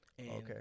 Okay